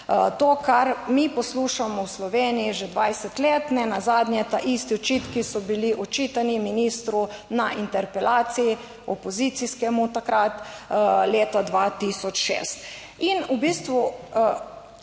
To, kar mi poslušamo v Sloveniji že 20 let. Nenazadnje ta isti očitki so bili očitani ministru na interpelaciji, opozicijskemu takrat leta 2006.